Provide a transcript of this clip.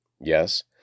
Yes